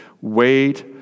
Wait